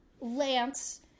Lance